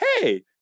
hey